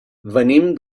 venim